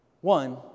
One